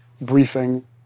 briefing